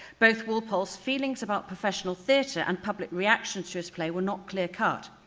both walpole's feelings about professional theater and public reactions to his play were not clear-cut.